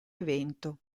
evento